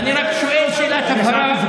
אני רק שואל שאלת הבהרה.